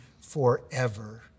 forever